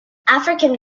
african